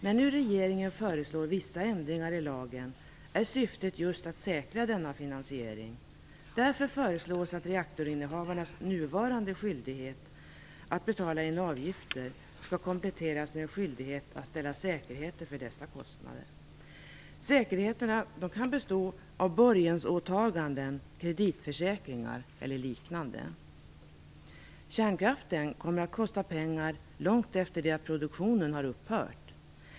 När nu regeringen föreslår vissa ändringar i lagen är syftet just att säkra denna finansiering. Därför föreslås att reaktorinnehavarnas nuvarande skyldighet att betala in avgifter skall kompletteras med en skyldighet att ställa säkerheter för dessa kostnader. Säkerheterna kan bestå av borgensåtaganden, kreditförsäkringar eller liknande. Kärnkraften kommer att kosta pengar långt efter det att produktionen har upphört.